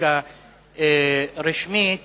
סטטיסטיקה רשמית